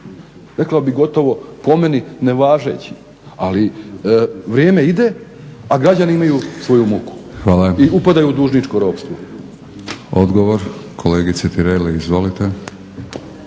Rekao bih gotovo, po meni, nevažeći ali vrijeme ide, a građani imaju svoju muku i upadaju u dužničko ropstvo.